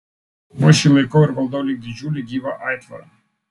o aš jį laikau ir valdau lyg didžiulį gyvą aitvarą